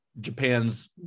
Japan's